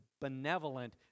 benevolent